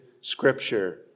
scripture